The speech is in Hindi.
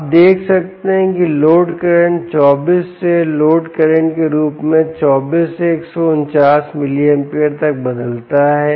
आप देख सकते हैं कि लोड करंट 24 से लोड करंट के रूप में 24 से 149 मिलीएंपियर तक बदलता है